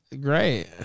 great